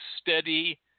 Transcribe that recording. steady